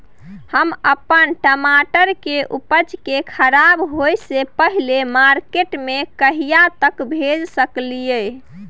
हम अपन टमाटर के उपज के खराब होय से पहिले मार्केट में कहिया तक भेज सकलिए?